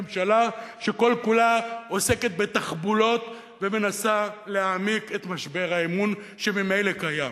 ממשלה שכל כולה עוסקת בתחבולות ומנסה להעמיק את משבר האמון שממילא קיים.